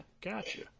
Gotcha